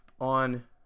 on